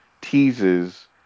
teases